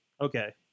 Okay